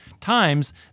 Times